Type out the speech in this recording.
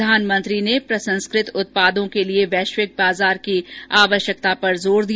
प्रधानमंत्री ने प्रसंस्कृत उत्पादों के लिए वैश्विक बाजार की आवश्यकता पर जोर दिया